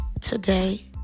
today